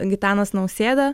gitanas nausėda